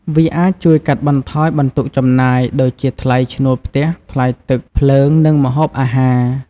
វាអាច ជួយកាត់បន្ថយបន្ទុកចំណាយ ដូចជាថ្លៃឈ្នួលផ្ទះ ថ្លៃទឹក ភ្លើង និងម្ហូបអាហារ។